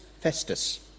Festus